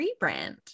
rebrand